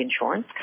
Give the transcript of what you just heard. insurance